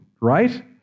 right